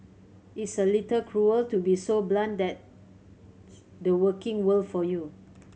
it's a little cruel to be so blunt that's the working world for you